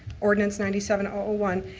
ordinance. ninety seven all one.